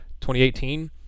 2018